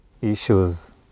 issues